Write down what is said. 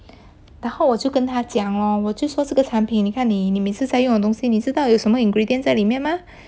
然后我就跟他讲哦我就说这个产品你看你每次在用的东西你知道有什么 ingredients 在里面吗